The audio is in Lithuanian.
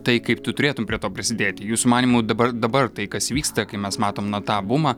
tai kaip tu turėtum prie to prisidėti jūsų manymu dabar dabar tai kas vyksta kai mes matom na tą bumą